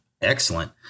Excellent